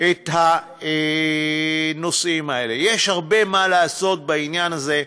את הנושאים האלה, יש הרבה מה לעשות בעניין הזה.